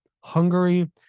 Hungary